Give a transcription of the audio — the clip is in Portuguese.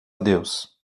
deus